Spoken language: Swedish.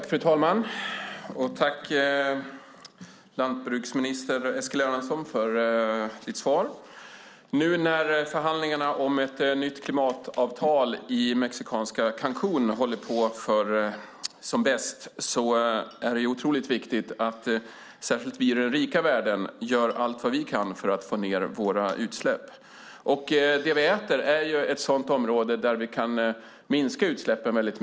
Fru talman! Jag tackar lantbruksminister Eskil Erlandsson för svaret. Nu när förhandlingarna om ett nytt klimatavtal pågår som bäst i mexikanska Cancún är det oerhört viktigt att särskilt vi i den rika världen gör allt vad vi kan för att få ned våra utsläpp. Det vi äter är ett område där vi kan minska utsläppen kraftigt.